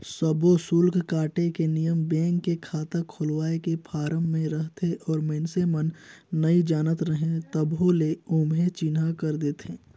सब्बो सुल्क काटे के नियम बेंक के खाता खोलवाए के फारम मे रहथे और मइसने मन नइ जानत रहें तभो ले ओम्हे चिन्हा कर देथे